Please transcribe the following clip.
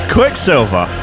Quicksilver